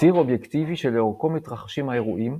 - ציר אובייקטיבי שלאורכו מתרחשים האירועים,